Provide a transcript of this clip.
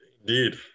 Indeed